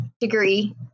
degree